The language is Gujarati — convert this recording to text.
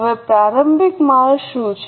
હવે પ્રારંભિક માલ શું છે